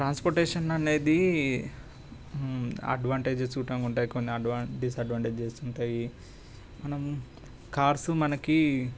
transportation అనేది advantages చూడటానికి ఉంటాయి కొన్ని అడ్వాంటేజెస్ డిస్అడ్వాంటేజెస్ ఉంటాయి మనం కార్స్ మనకి